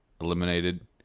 eliminated